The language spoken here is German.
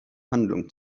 handlung